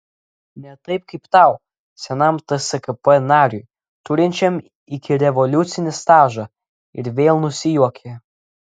ne taip kaip tau senam tskp nariui turinčiam ikirevoliucinį stažą ir vėl nusijuokė